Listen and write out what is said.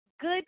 good